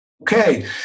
Okay